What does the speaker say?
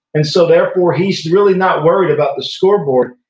and so therefore he's really not worried about the scoreboard,